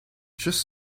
just